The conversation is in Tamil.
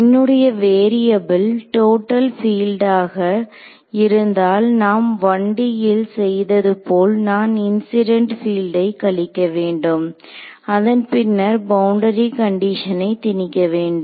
என்னுடைய வேரியபுள் டோட்டல் பில்டாக இருந்தால் நாம் 1D ல் செய்தது போல் நான் இன்சிடென்ட் பீல்டை கழிக்க வேண்டும் அதன்பின்னர் பவுண்டரி கண்டிஷனை திணிக்க வேண்டும்